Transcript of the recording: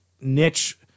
niche